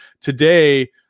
Today